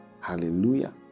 Hallelujah